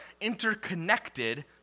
interconnected